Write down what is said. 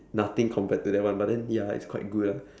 nothing compared to that one but then ya it's quite good ah